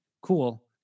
cool